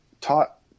taught